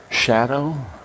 Shadow